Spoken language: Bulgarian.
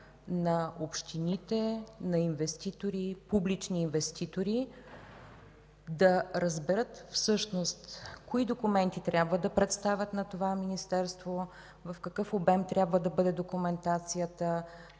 на общините, на публични инвеститори, за да разберат всъщност какви документи трябва да представят на това Министерство, в какъв обем трябва да бъде документацията,